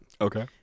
Okay